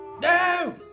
No